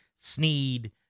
Sneed